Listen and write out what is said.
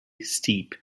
steep